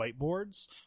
whiteboards